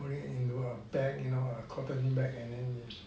into a bag you know a cotton bag and then